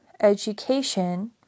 education